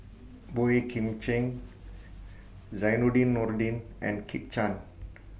Boey Kim Cheng Zainudin Nordin and Kit Chan